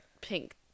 pink